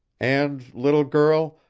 and, little girl,